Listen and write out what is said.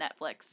Netflix